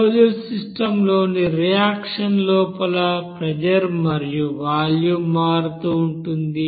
closed system లోని reaction లోపల pressure మరియు వాల్యూమ్ మారుతూ ఉంటుంది